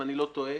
אם אני לא טועה,